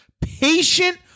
patient